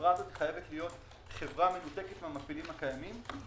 שהחברה הזאת חייבת להיות מנותקת מהמפעילים הקיימים.